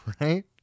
right